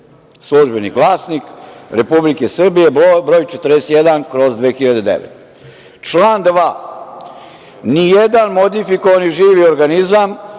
"Službeni glasnik" Republike Srbije, broj 41/2009, član 2: "Nijedan modifikovani živi organizam,